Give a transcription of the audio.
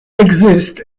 exist